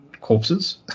corpses